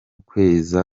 kweza